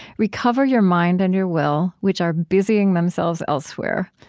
recover your mind and your will, which are busying themselves elsewhere.